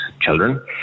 children